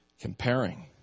comparing